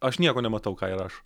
aš nieko nematau ką jie rašo